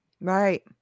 Right